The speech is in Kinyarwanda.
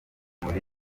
muri